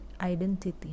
identity